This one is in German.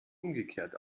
umgekehrt